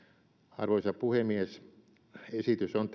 arvoisa puhemies esitys on